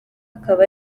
akaba